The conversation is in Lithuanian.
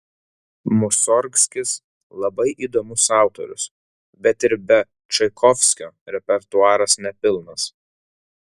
musorgskis labai įdomus autorius bet ir be čaikovskio repertuaras nepilnas